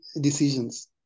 decisions